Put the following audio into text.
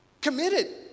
committed